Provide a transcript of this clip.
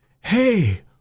hey